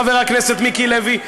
חבר הכנסת מיקי לוי.